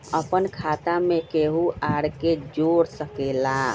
अपन खाता मे केहु आर के जोड़ सके ला?